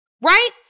Right